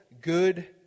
good